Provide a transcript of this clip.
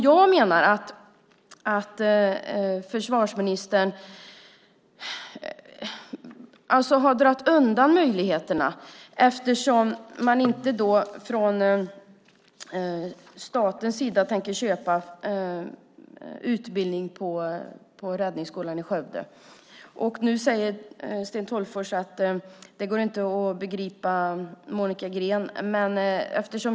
Jag menar att försvarsministern har dragit undan möjligheterna. Man tänker inte från statens sida köpa utbildning vid Räddningsskolan i Skövde. Nu säger Sten Tolgfors att det inte går att begripa Monica Green.